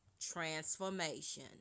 transformation